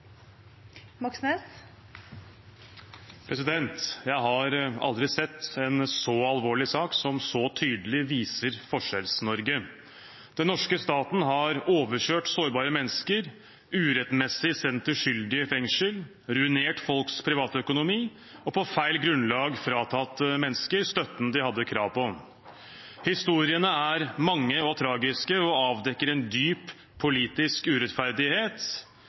så tydelig viser Forskjells-Norge. Den norske staten har overkjørt sårbare mennesker, urettmessig sendt uskyldige i fengsel, ruinert folks privatøkonomi og på feil grunnlag fratatt mennesker støtten de hadde krav på. Historiene er mange og tragiske og avdekker en dyp politisk urettferdighet